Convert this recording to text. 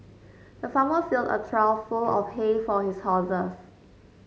the farmer filled a trough full of hay for his horses